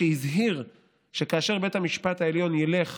הזהיר שכאשר בית המשפט העליון ילך